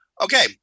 Okay